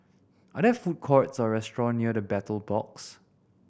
are there food courts or restaurant near The Battle Box